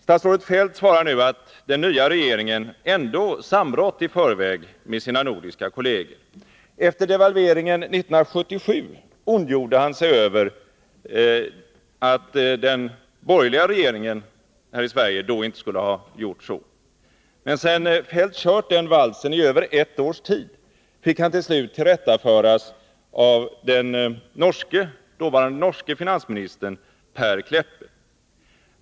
Statsrådet Feldt svarar nu att den nya regeringen ändå samrått i förväg med sina nordiska kolleger. Efter devalveringen 1977 ondgjorde han sig över att den borgerliga regeringen här i Sverige inte skulle ha gjort så. Men sedan Feldt hade kört den valsen i över ett års tid fick han till slut tillrättaföras av den dåvarande norske finansministern Per Kleppe.